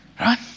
Right